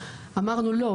אמרנו לא,